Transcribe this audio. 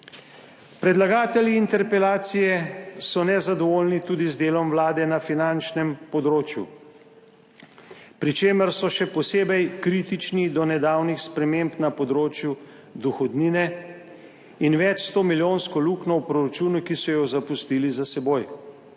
Predlagatelji interpelacije so nezadovoljni tudi z delom vlade na finančnem področju, pri čemer so še posebej kritični do nedavnih sprememb na področju dohodnine in večstomilijonske luknje v proračunu, ki so jo zapustili za seboj.